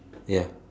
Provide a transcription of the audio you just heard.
ya